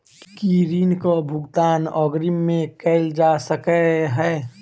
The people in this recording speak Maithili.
की ऋण कऽ भुगतान अग्रिम मे कैल जा सकै हय?